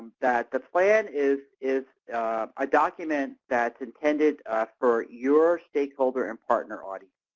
that the plan is is a document that's intended for your stakeholder and partner audience.